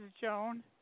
Joan